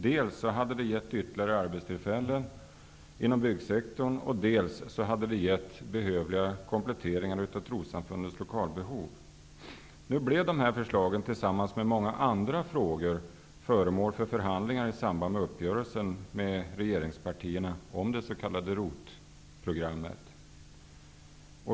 Det hade gett dels ytterligare arbetstillfällen inom byggssektorn, dels hade det gett behövliga kompletteringar av trosssamfundens lokaler. Tillsammans med många andra frågor blev dessa förslag föremål för förhandlingar i samband med uppgörelsen med regeringspartierna om det s.k. ROT-programmet.